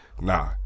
Nah